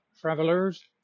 travelers